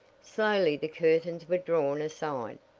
slowly the curtains were drawn aside.